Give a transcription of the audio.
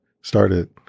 started